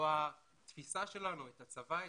לא התפיסה שלנו את הצבא,